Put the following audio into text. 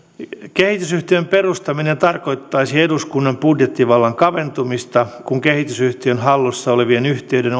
kehitysyhtiön perustaminen tarkoittaisi eduskunnan budjettivallan kaventumista kun kehitysyhtiön hallussa olevien yhtiöiden